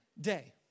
day